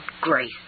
GRACE